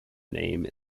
name